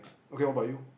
okay how about you